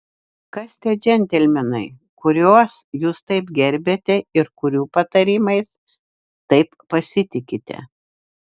kas tie džentelmenai kuriuos jūs taip gerbiate ir kurių patarimais taip pasitikite